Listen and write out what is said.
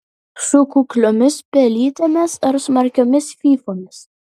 su kukliomis pelytėmis ar smarkiomis fyfomis